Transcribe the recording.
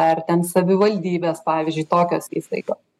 ar ten savivaldybės pavyzdžiui tokios įstaigos